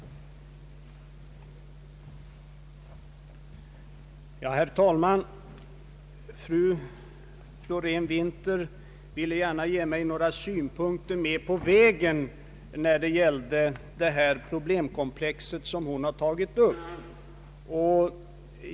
Jag vill än en gång understryka detta.